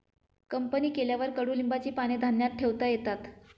company केल्यावर कडुलिंबाची पाने धान्यात ठेवता येतात